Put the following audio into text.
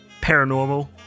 Paranormal